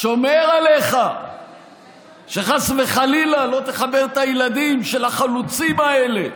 שומר עליך שחס וחלילה לא תחבר את הילדים של החלוצים האלה,